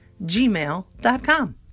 gmail.com